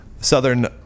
Southern